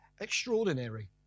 Extraordinary